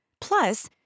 Plus